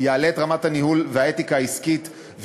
יעלה את רמת הניהול והאתיקה העסקית,